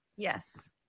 Yes